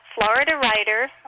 floridawriter